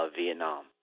Vietnam